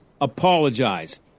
apologize